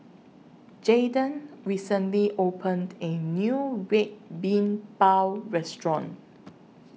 Jayden recently opened A New Red Bean Bao Restaurant